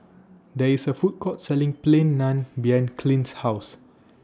There IS A Food Court Selling Plain Naan behind Clint's House